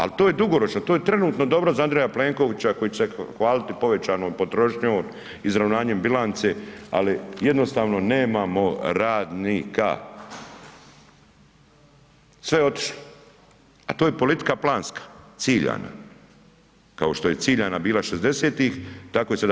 Ali to je dugoročno, to je trenutno dobro za Andreja Plenkovića koji će se hvaliti povećanom potrošnjom, izravnanjem bilance ali jednostavno nemamo radnika, sve je otišlo, a to je politika planska, ciljana, kao što je ciljana bila '60.-tih tako je i sada.